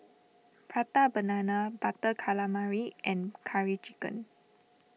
Prata Banana Butter Calamari and Curry Chicken